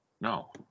no